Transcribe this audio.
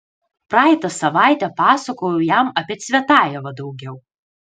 praeitą savaitę pasakojau jam apie cvetajevą daugiau